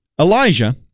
Elijah